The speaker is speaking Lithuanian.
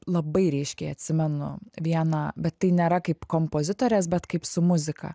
labai ryškiai atsimenu vieną bet tai nėra kaip kompozitorės bet kaip su muzika